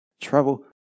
trouble